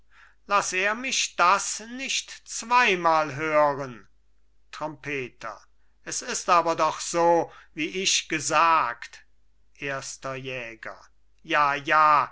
laß er mich das nicht zweimal hören trompeter s ist aber doch so wie ich gesagt erster jäger ja ja